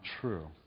true